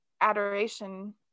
adoration